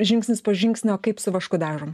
žingsnis po žingsnio kaip su vašku darom